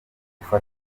gufata